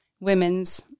women's